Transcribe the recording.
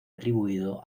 atribuido